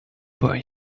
boy